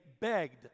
begged